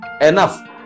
enough